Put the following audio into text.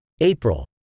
April